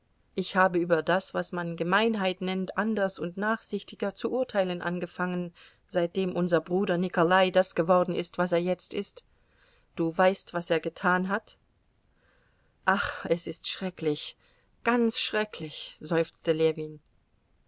ich habe über das was man gemeinheit nennt anders und nachsichtiger zu urteilen angefangen seitdem unser bruder nikolai das geworden ist was er jetzt ist du weißt was er getan hat ach es ist schrecklich ganz schrecklich seufzte